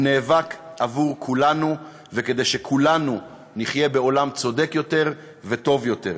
הוא נאבק עבור כולנו וכדי שכולנו נחיה בעולם צודק יותר וטוב יותר.